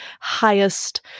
highest